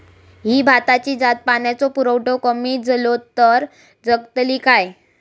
ही भाताची जात पाण्याचो पुरवठो कमी जलो तर जगतली काय?